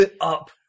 up